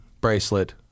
bracelet